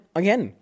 again